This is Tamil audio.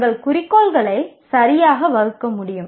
நீங்கள் குறிக்கோள்களை சரியாக வகுக்க முடியும்